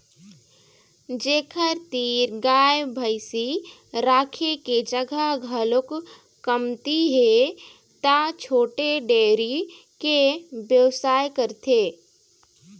जेखर तीर गाय भइसी राखे के जघा घलोक कमती हे त छोटे डेयरी के बेवसाय करथे